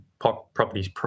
properties